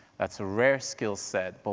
that's a rare skillset, but